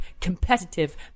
competitive